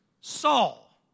Saul